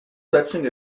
fetching